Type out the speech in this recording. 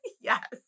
Yes